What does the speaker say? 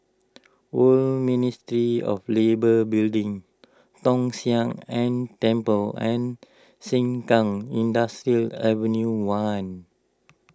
Old Ministry of Labour Building Tong Sian Eng Temple and Sengkang Industrial Ave one